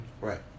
Right